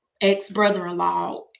ex-brother-in-law